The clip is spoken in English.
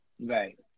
Right